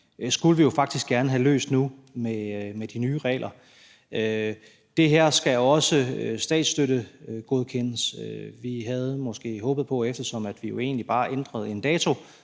problemer, som omtales her, nu med de nye regler. Det her skal også statsstøttegodkendes. Vi havde måske håbet på, eftersom vi jo egentlig bare ændrede en dato,